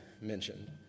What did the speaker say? mentioned